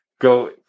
go